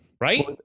right